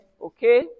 Okay